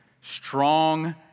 strong